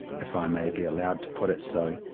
if i may be allowed to put it so,